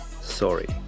sorry